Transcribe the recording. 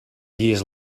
years